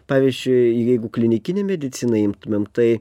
pavyzdžiui jeigu klinikinę mediciną imtumėm tai